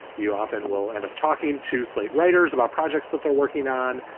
you often will end up talking to slate writers about projects that they're working on.